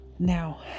Now